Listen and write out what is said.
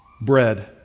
Bread